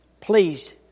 please